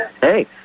Hey